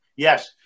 Yes